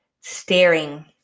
staring